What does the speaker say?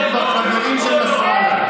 כבר חברים של נסראללה.